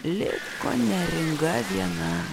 liko neringa viena